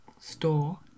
store